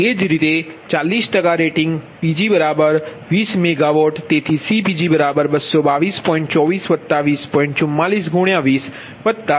એજ રીતે 40 rating Pg20 MWતેથીCPg222